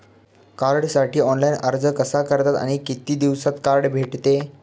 कार्डसाठी ऑनलाइन अर्ज कसा करतात आणि किती दिवसांत कार्ड भेटते?